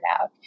out